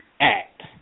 act